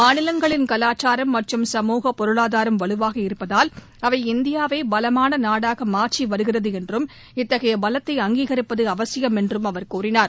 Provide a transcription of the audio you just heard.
மாநிலங்களின் கலாச்சாரம் மற்றும் சமூக பொருளாதாரம் வலுவாக இருப்பதால் அவை இந்தியாவை பலமான நாடாக மாற்றி வருகிறது என்றும் இத்தகைய பலத்தை அங்கீகரிப்பது அவசியம் என்றும் அவர் தெரிவித்தார்